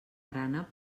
grana